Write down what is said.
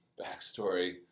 backstory